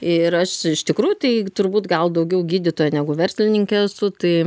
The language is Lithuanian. ir aš iš tikrųjų tai turbūt gal daugiau gydytoja negu verslininkė esu tai